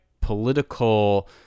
political